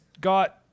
got